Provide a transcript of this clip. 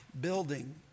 building